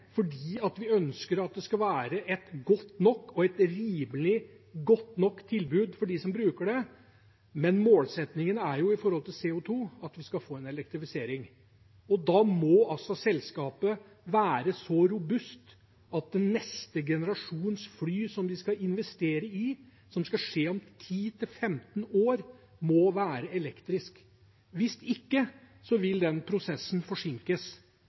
fordi vi ønsker at det skal være et rimelig og godt nok tilbud til dem som bruker det, men målsettingen når det gjelder CO 2 , er at det skal bli en elektrifisering. Da må selskapet være så robust at neste generasjons fly som de skal investere i, og som skal skje om 10–15 år, må være elektriske. Hvis ikke vil den prosessen forsinkes.